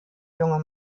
junge